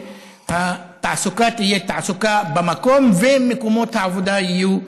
שהתעסוקה תהיה תעסוקה במקום ומקומות העבודה יהיו זמינים.